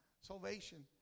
salvation